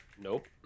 Nope